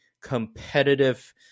competitive